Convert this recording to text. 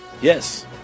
Yes